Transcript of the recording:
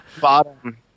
bottom